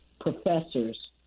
professors